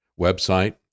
website